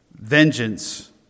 vengeance